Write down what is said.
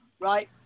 right